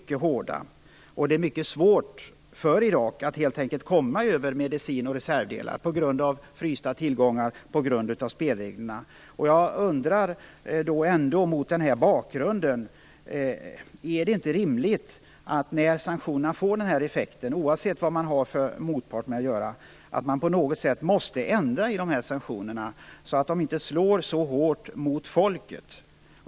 Det är helt enkelt mycket svårt för Irak att komma över medicin och reservdelar på grund av frysta tillgångar och spelreglerna. Mot den här bakgrunden undrar jag: Är det inte rimligt, när sanktionerna får dessa effekter - oavsett vilken motpart man har att göra med - att man på något sätt ändrar i sanktionerna, så att de inte slår så hårt mot folket?